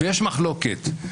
ויש מחלוקת.